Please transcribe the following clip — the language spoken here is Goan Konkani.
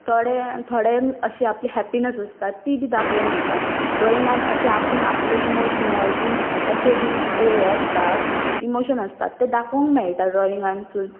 थोडे थोड्यांक अशी आपली हॅप्पिनेस आसता ती बी दाखोवन दितात ड्रॉइंगान अशें आपूण आपले इमोशनल बीन तशें बीन जे हें आसतात इमोशन आसतात ते दाखोवंक मेळटा ड्रॉइंगानसून